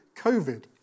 COVID